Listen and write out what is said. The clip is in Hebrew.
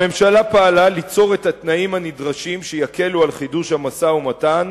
הממשלה פעלה ליצור את התנאים הנדרשים שיקלו את חידוש המשא-ומתן